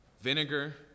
vinegar